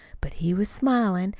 but he was smiling,